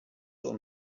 und